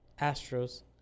Astros